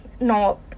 No